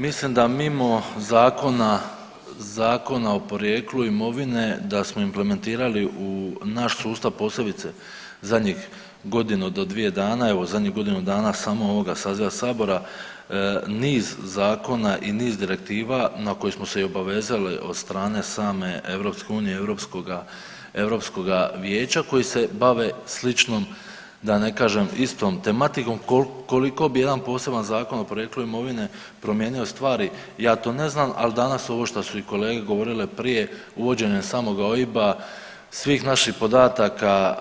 Mislim da mimo zakona, Zakona o porijeklu imovine da smo implementirali u naš sustav, posebice zadnjih godinu do dvije dana, evo zadnjih godinu dana samo ovoga saziva sabora niz zakona i niz direktiva na koje smo se i obavezali od strane same EU i europskoga, Europskoga vijeća koji se bave sličnom da ne kažem istom tematikom koliko bi jedan poseban Zakon o porijeklu imovine promijenio stvari ja to ne znam, ali danas ovo šta su i kolege govorile prije uvođenja samoga OIB-a, svih naših podataka